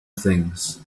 things